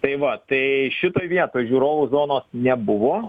tai va tai šitoj vietoj žiūrovų zonos nebuvo